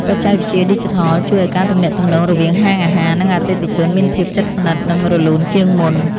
បច្ចេកវិទ្យាឌីជីថលជួយឱ្យការទំនាក់ទំនងរវាងហាងអាហារ និងអតិថិជនមានភាពជិតស្និទ្ធនិងរលូនជាងមុន។